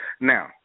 Now